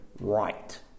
right